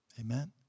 Amen